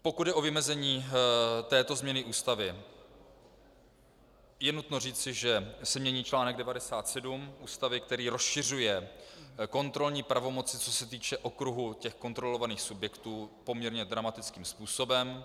Pokud jde o vymezení této změny Ústavy, je nutno říci, že se mění článek 97 Ústavy, který rozšiřuje kontrolní pravomoci, co se týče okruhu kontrolovaných subjektů, poměrně dramatickým způsobem.